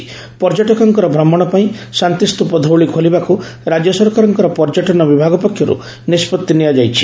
ଆକିଠାରୁ ପର୍ଯ୍ୟଟକଙ୍କ ଭ୍ରମଶ ପାଇଁ ଶାନ୍ତିସ୍ତୁପ ଧଉଳି ଖୋଲିବାକୁ ରାଜ୍ୟ ସରକାରଙ୍କ ପର୍ଯ୍ୟଟନ ବିଭାଗ ପକ୍ଷରୁ ନିଷ୍ବତି ନିଆଯାଇଛି